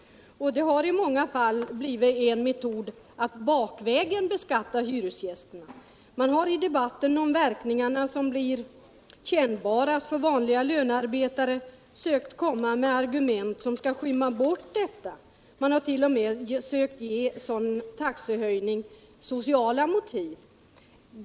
Dessa höjningar har i många fall blivit en metod att bakvägen beskatta hyresgästerna. Man åar i debatten om verkningarna, som blir kännbarast för vanliga lönearbetare, sökt komma med argument som skall skymma bort detta. Man har 1. 0. m. sökt ge taxehöjningarna sociala motiv.